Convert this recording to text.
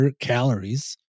calories